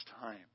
time